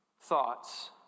thoughts